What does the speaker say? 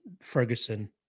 Ferguson